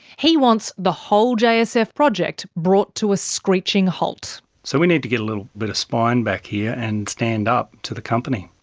he wants the whole jsf project brought to a screeching halt. so we need to get a little bit of spine back here and stand up to the company.